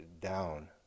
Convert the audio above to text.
down